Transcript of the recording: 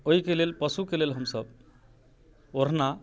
ओहिके लेल पशुके लेल हम सभ ओढ़ना